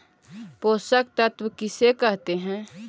पोषक तत्त्व किसे कहते हैं?